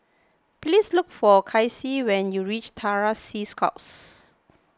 please look for Kaycee when you reach Terror Sea Scouts